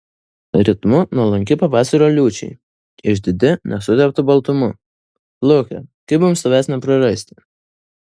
ritmu nuolanki pavasario liūčiai išdidi nesuteptu baltumu pluke kaip mums tavęs neprarasti